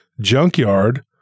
junkyard